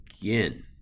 Again